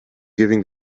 giving